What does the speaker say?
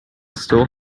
still